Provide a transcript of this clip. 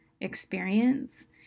experience